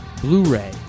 Blu-ray